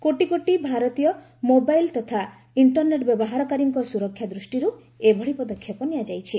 କୋଟି କୋଟି ଭାରତୀୟ ମୋବାଇଲ୍ ତଥା ଇଷ୍ଟର୍ନେଟ୍ ବ୍ୟବହାରକାରୀଙ୍କ ସୁରକ୍ଷା ଦୃଷ୍ଟିର୍ ଏଭଳି ପଦକ୍ଷେପ ନିଆଯାଇଛି